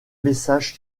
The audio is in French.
message